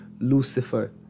Lucifer